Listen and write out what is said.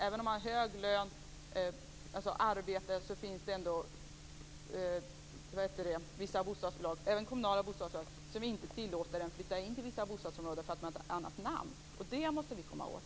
Även om man har hög lön - dvs. även om man har arbete - är det vissa bostadsbolag, även kommunala sådana, som inte tillåter inflyttning i vissa bostadsområden med hänvisning till att man har en annan sorts namn. Det måste vi komma åt!